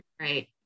right